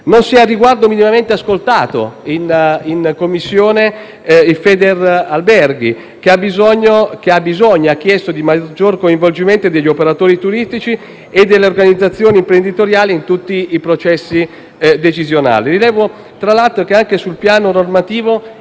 Non si è, al riguardo, minimamente ascoltato in Commissione Federalberghi, che ha evidenziato il bisogno di un maggiore coinvolgimento degli operatori turistici e delle organizzazioni imprenditoriali in tutti i processi decisionali.